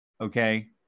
okay